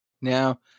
Now